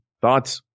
Thoughts